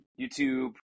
YouTube